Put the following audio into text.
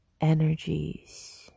energies